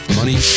Money